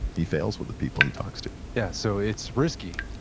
he fails with the people he talks to yeah. so it's risky.